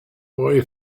boy